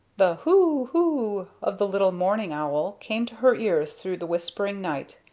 the hoo! hoo! of the little mourning owl came to her ears through the whispering night,